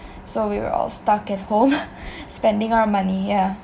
so we were all stuck at home spending our money yeah